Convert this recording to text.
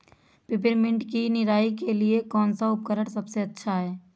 Peppermint की निराई के लिए कौन सा उपकरण सबसे अच्छा है?